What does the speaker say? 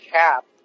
cap